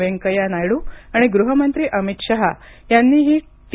व्यंकय्या नायडू आणि गृहमंत्री अमित शाह यांनीही टी